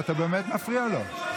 ואתה באמת מפריע לו.